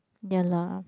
ya lah